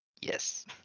Yes